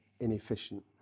inefficient